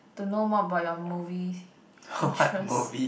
to know more about your movies interest